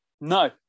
No